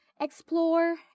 Explore